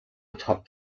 top